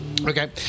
Okay